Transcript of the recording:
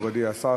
מכובדי השר,